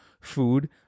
food